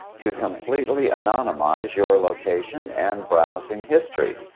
to completely anonymize your location and browsing history.